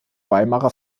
weimarer